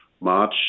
March